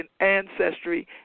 ancestry